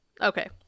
okay